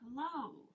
Hello